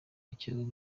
akekwaho